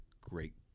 Great